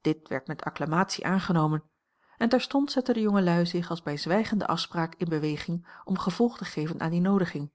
dit werd met acclamatie aangenomen en terstond zetten de jongelui zich als bij zwijgende afspraak in a l g bosboom-toussaint langs een omweg beweging om gevolg te geven aan die noodiging